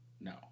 No